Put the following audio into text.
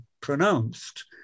pronounced